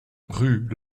rue